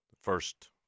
first